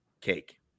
cake